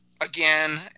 Again